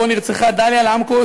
שבו נרצחה דליה למקוס,